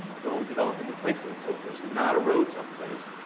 don't develop in new places. so if there's not a road someplace,